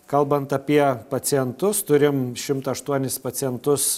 kalbant apie pacientus turim šimtą aštuonis pacientus